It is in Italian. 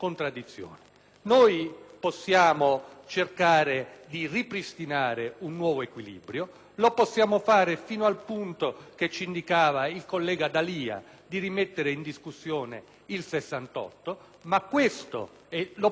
Possiamo cercare di ripristinare un nuovo equilibrio. Possiamo farlo fino al punto che ci indicava il collega D'Alia di rimettere in discussione l'articolo 68 della Costituzione, e lo possiamo fare rivedendo